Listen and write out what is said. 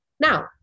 Now